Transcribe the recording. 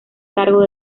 cargo